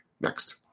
next